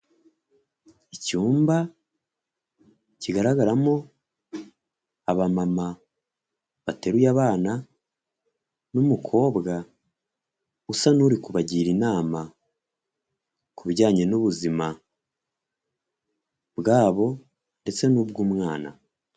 Icyumba kigaragaramo abamama bateruye abana, n'umukobwa usa n'uri kubagira inama ku bijyanye n'ubuzima bwabo ndetse n'ubw'umwana.